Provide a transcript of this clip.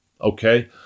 okay